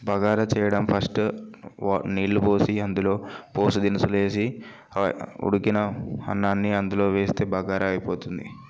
బగారా చేయడం ఫస్ట్ వ నీళ్ళు పోసి అందులో పోసి దినుసులు వేసి ఉడికిన అన్నాన్ని అందులో వేస్తే బగారా అయిపోతుంది